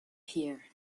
here